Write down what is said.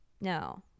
No